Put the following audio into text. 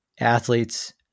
athletes